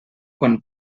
quan